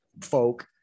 folk